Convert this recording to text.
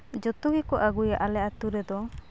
ᱡᱚᱛᱚ ᱜᱮᱠᱚ ᱟᱹᱜᱩᱭᱟᱹ ᱟᱞᱮ ᱟᱹᱛᱩ ᱨᱮᱫᱚ